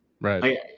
Right